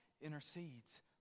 intercedes